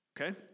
okay